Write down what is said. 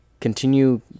continue